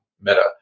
meta